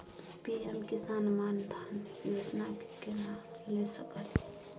PM Kisan Maan Dhan Yojana के केना ले सकलिए?